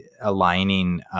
aligning